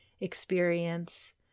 experience